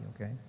okay